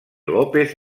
lópez